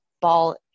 ball